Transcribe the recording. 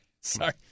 Sorry